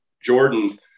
Jordan